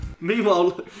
Meanwhile